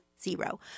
zero